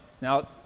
Now